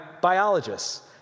biologists